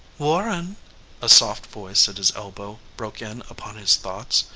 warren a soft voice at his elbow broke in upon his thoughts,